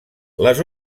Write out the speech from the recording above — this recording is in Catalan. les